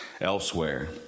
elsewhere